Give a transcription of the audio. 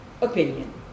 opinion